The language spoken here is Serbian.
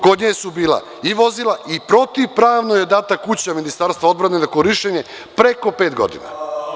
Kod nje su bila i vozila i protivpravno joj je data kuća Ministarstva odbrane na korišćenje preko pet godina.